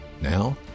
Now